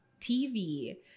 TV